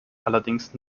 allerdings